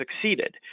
succeeded